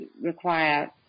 require